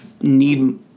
need